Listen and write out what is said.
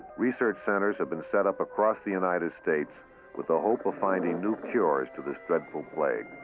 research centers have been set up across the united states with the hope of finding new cures to this dreadful plague.